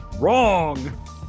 wrong